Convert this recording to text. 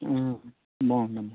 బాగుంది అమ్మా